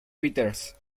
peters